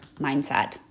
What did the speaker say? mindset